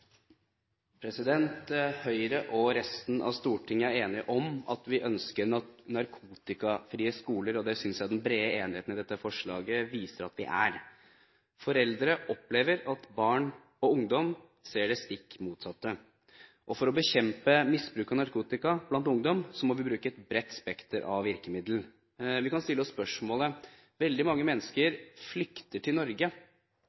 enige om at vi ønsker narkotikafrie skoler, og det synes jeg den brede enigheten om dette forslaget viser at vi er. Foreldre opplever at barn og ungdom ser det stikk motsatte av det vi ønsker. For å bekjempe misbruk av narkotika blant ungdom må vi bruke et bredt spekter av virkemidler. Veldig mange mennesker flykter til Norge, men veldig mange